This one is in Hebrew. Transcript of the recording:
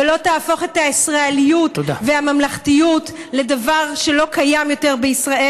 ולא תהפוך את הישראליות והממלכתיות לדבר שלא קיים יותר בישראל.